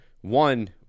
one